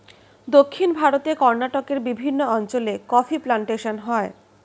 দক্ষিণ ভারতে কর্ণাটকের বিভিন্ন অঞ্চলে কফি প্লান্টেশন হয়